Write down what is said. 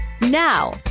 now